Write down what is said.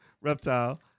reptile